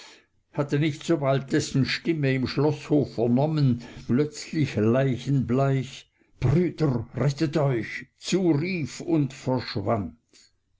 hatte nicht sobald dessen stimme im schloßhof vernommen als er den herren schon plötzlich leichenbleich brüder rettet euch zurief und verschwand